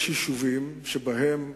יש יישובים שבהם,